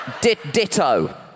Ditto